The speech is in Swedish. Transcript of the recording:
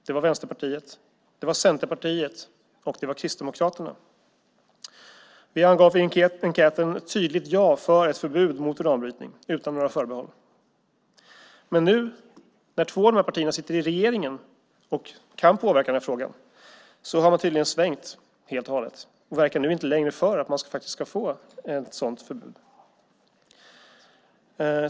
Det var Vänsterpartiet. Det var Centerpartiet, och det var Kristdemokraterna. Vi angav i enkäten ett tydligt ja för ett förbud mot uranbrytning utan några förbehåll. Men nu när två av de här partierna sitter i regeringen och kan påverka i den här frågan har man tydligen svängt helt och hållet och verkar nu inte längre vara för att man faktiskt ska få ett sådant förbud.